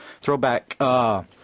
throwback –